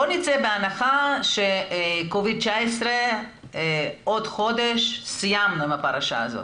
בואי נצא מהנחה ש-covid 19 עוד חודש סיימנו את הפרשה הזאת,